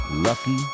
Lucky